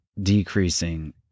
decreasing